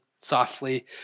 softly